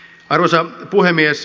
arvoisa puhemies